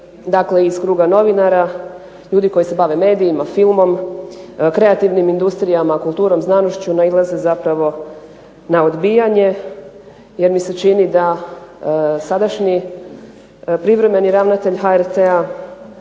dolaze iz kruga novinara, ljudi koji se bave medijima, filmom, kreativnim industrijama, kulturom znanošću nailaze zapravo na odbijanje. Jer mi se čini da sadašnji privremeni ravnatelj HRT-a